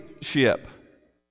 ship